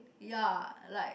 ya like